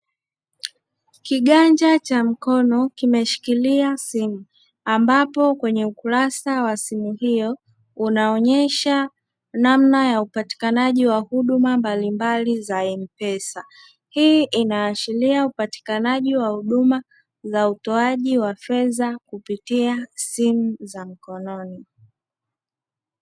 Kiganja cha mkono kimeshikilia simu ambapo kwenye ukurasa wa simu hiyo unaonyesha namna ya upatikanaji wa huduma mbalimbali za "M-PESA". Hii inaashiria upatikanaji wa huduma za utoaji wa fedha kupitia simu za mkononi.